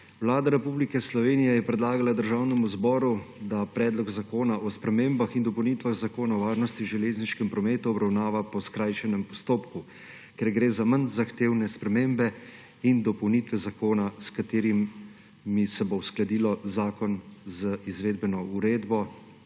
Vlada Republike Slovenije je predlagala Državnemu zboru, da Predlog zakona o spremembah in dopolnitvah Zakona o varnosti v železniškem prometu obravnava po skrajšanem postopku, ker gre za manj zahtevne spremembe in dopolnitve zakona, s katerimi se bo uskladilo zakon z Izvedbeno uredbo